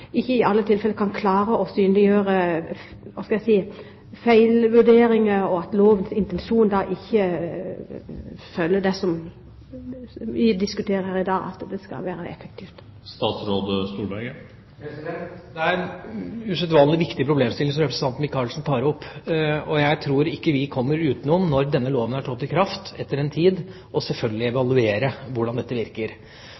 ikke i alle tilfeller klarer å synliggjøre feilvurderinger og at lovens intensjon ikke følger det vi diskuterer her i dag: at det skal være effektivt? Det er en usedvanlig viktig problemstilling representanten Michaelsen tar opp. Jeg tror ikke vi kommer utenom når denne loven har trådt i kraft, etter en tid selvfølgelig